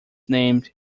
named